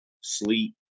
sleep